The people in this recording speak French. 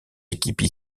équipes